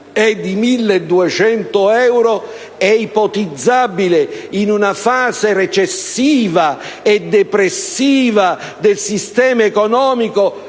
euro 1.200, è ipotizzabile che, in una fase recessiva e depressiva del sistema economico